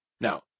Now